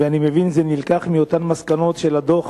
ואני מבין שזה נלקח מהמסקנות של הדוח